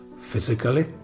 physically